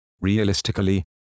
Realistically